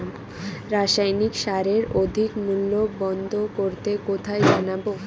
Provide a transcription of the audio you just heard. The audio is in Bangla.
রাসায়নিক সারের অধিক মূল্য বন্ধ করতে কোথায় জানাবো?